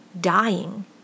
dying